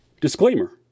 Disclaimer